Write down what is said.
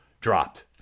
dropped